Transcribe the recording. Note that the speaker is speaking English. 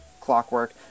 clockwork